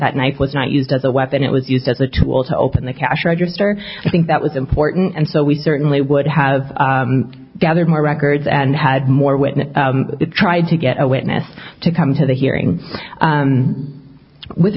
that night was not used as a weapon it was used as a tool to open the cash register i think that was important and so we certainly would have gathered more records and had more witness the tried to get a witness to come to the hearing with